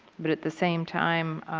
but at the same time,